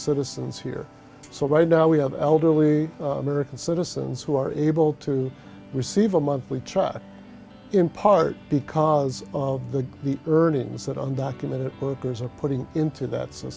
citizens here so right now we have elderly american citizens who are able to receive a monthly truck in part because the earnings that undocumented workers are putting into that s